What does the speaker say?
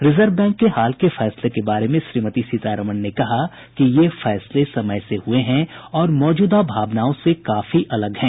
reserve bank के हाल के फैसले के बारे में श्रीमती सीतारामन ने कहा कि ये फैसले समय से हुए हैं और मौजूदा भावनाओं से काफी अलग हैं